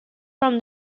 from